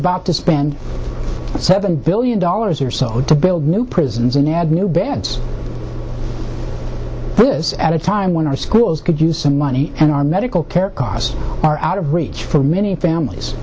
about to spend seven billion dollars or so to build new prisons and add new beds this at a time when our schools could use some money and our medical care costs are out of reach for many families